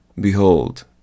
Behold